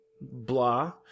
Blah